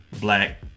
black